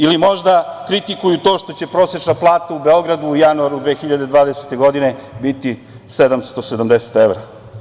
Ili možda kritikuju to što će prosečna plata u Beogradu u januaru 2020. godine biti 770 evra?